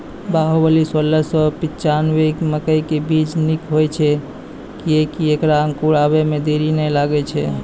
बाहुबली सोलह सौ पिच्छान्यबे मकई के बीज निक होई छै किये की ऐकरा अंकुर आबै मे देरी नैय लागै छै?